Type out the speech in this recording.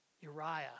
Uriah